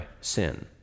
sin